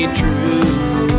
true